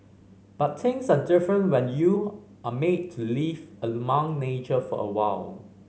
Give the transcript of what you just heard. but things are different when you're made to live among nature for awhile